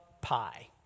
pie